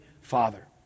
Father